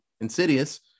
insidious